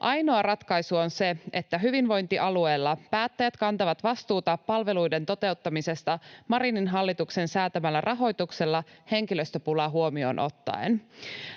Ainoa ratkaisu on se, että hyvinvointialueilla päättäjät kantavat vastuuta palveluiden toteuttamisesta Marinin hallituksen säätämällä rahoituksella henkilöstöpula huomioon ottaen.